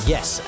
Yes